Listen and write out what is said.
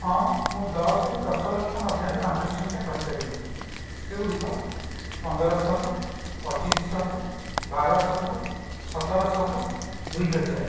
ହଁ ମୁଁ ଦଶରୁ ଦଶଲକ୍ଷ ମଧ୍ୟରେ ପାଞ୍ଚଟି ସଂଖ୍ୟା କହିପାରିବି ସେଗୁଡ଼ିକ ପନ୍ଦରଶହ ପଚିଶଶହ ବାରଶହ ସତରଶହ ଦୁଇହଜାର